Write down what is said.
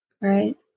Right